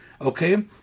okay